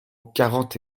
quarante